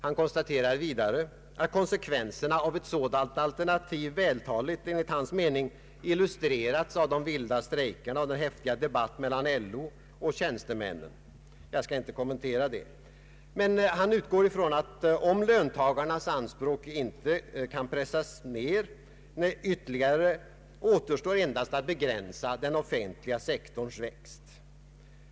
Han konstaterar vidare att konsekvenserna av ett sådant alternativ vältaligt illustrerais av de vilda strejkerna och den häftiga debatten mellan LO och tjänstemännen. — Jag skall inte kommentera det. — Herr Höök utgick ifrån att om löntagarnas anspråk inte kan pressas ned ytterligare, återstår endast att begränsa den offentliga sektorns växt.